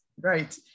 right